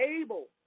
able